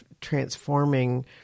transforming